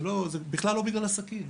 זה בכלל לא בגלל הסכין.